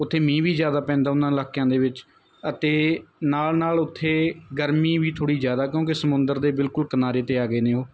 ਉੱਥੇ ਮੀਂਹ ਵੀ ਜ਼ਿਆਦਾ ਪੈਂਦਾ ਉਨ੍ਹਾਂ ਇਲਾਕਿਆਂ ਦੇ ਵਿੱਚ ਅਤੇ ਨਾਲ ਨਾਲ ਉੱਥੇ ਗਰਮੀ ਵੀ ਥੋੜ੍ਹੀ ਜ਼ਿਆਦਾ ਕਿਉਂਕਿ ਸਮੁੰਦਰ ਦੇ ਬਿਲਕੁਲ ਕਿਨਾਰੇ 'ਤੇ ਆ ਗਏ ਨੇ ਉਹ